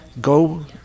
go